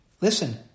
Listen